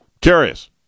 Curious